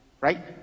right